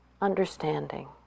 understanding